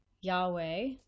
yahweh